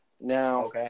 now